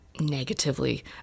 negatively